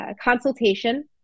consultation